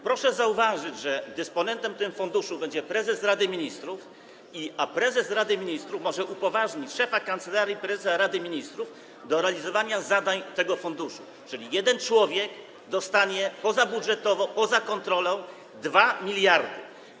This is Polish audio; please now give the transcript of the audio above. Proszę zauważyć, że dysponentem tego funduszu będzie prezes Rady Ministrów, a prezes Rady Ministrów może upoważnić szefa Kancelarii Prezesa Rady Ministrów do realizowania zadań tego funduszu, czyli jeden człowiek dostanie pozabudżetowo, poza kontrolą 2 mld zł.